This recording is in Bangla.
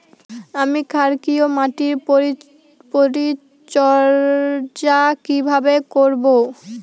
আমি ক্ষারকীয় মাটির পরিচর্যা কিভাবে করব?